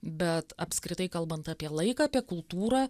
bet apskritai kalbant apie laiką apie kultūrą